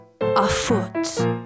afoot